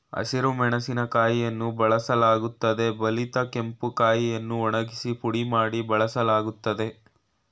ಹಸಿರು ಮೆಣಸಿನಕಾಯಿಯನ್ನು ಬಳಸಲಾಗುತ್ತದೆ ಬಲಿತ ಕೆಂಪು ಕಾಯಿಯನ್ನು ಒಣಗಿಸಿ ಪುಡಿ ಮಾಡಿ ಬಳಸಲಾಗ್ತದೆ